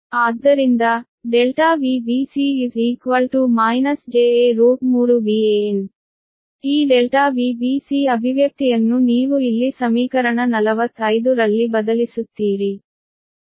ಆದ್ದರಿಂದ ∆Vbc j a 3Van ಈ ∆Vbc ಅಭಿವ್ಯಕ್ತಿಯನ್ನು ನೀವು ಇಲ್ಲಿ ಸಮೀಕರಣ 45 ರಲ್ಲಿ ಬದಲಿಸುತ್ತೀರಿ